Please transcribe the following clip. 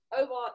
over